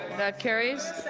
that carries.